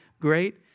great